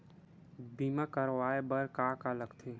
बीमा करवाय बर का का लगथे?